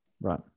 Right